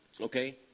okay